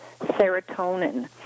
serotonin